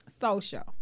Social